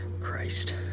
Christ